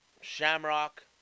Shamrock